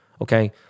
Okay